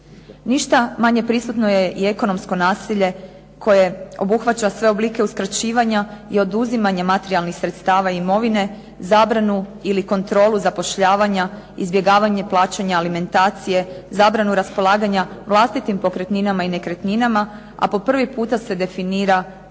Ništa manje prisutno je i ekonomsko nasilje koje obuhvaća sve oblike uskraćivanja i oduzimanje materijalnih sredstava i imovine, zabranu ili kontrolu zapošljavanja, izbjegavanje plaćanja alimentacije, zabranu raspolaganja vlastitim pokretninama i nekretninama. A po prvi puta se definira ovim